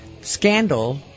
Scandal